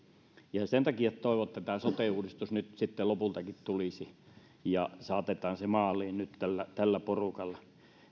ja ja sen takia toivon että tämä sote uudistus nyt sitten lopultakin tulisi ja saatetaan se maaliin nyt tällä tällä porukalla